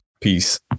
Peace